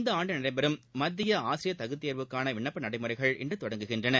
இந்த ஆண்டு நடைபெறும் மத்திய ஆசிரியர் தகுதித் தேர்வுக்கான விண்ணப்ப நடைமுறைகள் இன்று தொடங்குகின்றன